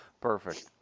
Perfect